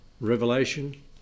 Revelation